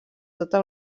tota